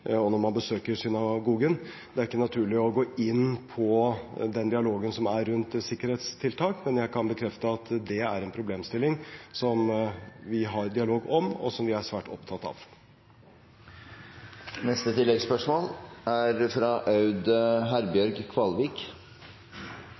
og når man besøker synagogen. Det er ikke naturlig å gå inn på den dialogen som er rundt sikkerhetstiltak, men jeg kan bekrefte at det er en problemstilling som vi har dialog om, og som vi er svært opptatt av. Aud Herbjørg Kvalvik